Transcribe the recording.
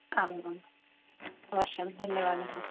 आम् आम् अवश्यं धन्यवादः